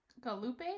Galope